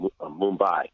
Mumbai